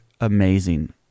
amazing